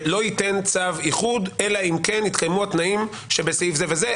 ייתן צו איחוד אלא אם כן יתקיימו התנאים שבסעיף זה וזה,